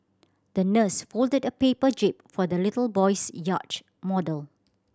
the nurse folded a paper jib for the little boy's model